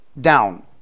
down